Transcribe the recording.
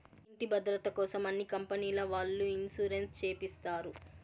ఇంటి భద్రతకోసం అన్ని కంపెనీల వాళ్ళు ఇన్సూరెన్స్ చేపిస్తారు